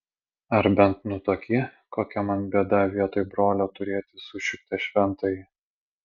ar bent nutuoki kokia man bėda vietoj brolio turėti sušiktą šventąjį